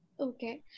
Okay